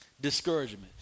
discouragement